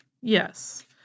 Yes